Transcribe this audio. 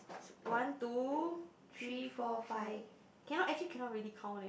one two three four five cannot actually cannot really count leh